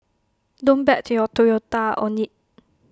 don't bet your Toyota on IT